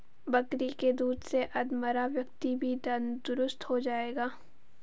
बकरी के दूध से अधमरा व्यक्ति भी तंदुरुस्त हो जाएगा